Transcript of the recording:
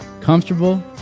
comfortable